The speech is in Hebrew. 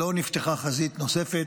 שלא נפתחה חזית נוספת.